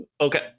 Okay